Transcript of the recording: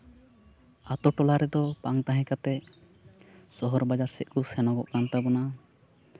ᱟᱹᱛᱩ ᱴᱚᱞᱟ ᱨᱮᱫᱚ ᱵᱟᱝ ᱛᱟᱦᱮᱸ ᱠᱟᱛᱮᱜ ᱥᱚᱦᱚᱨ ᱵᱟᱡᱟᱨ ᱥᱮᱫ ᱠᱚ ᱥᱮᱱᱚᱜᱚᱜ ᱠᱟᱱ ᱛᱟᱵᱚᱱᱟ